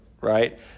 right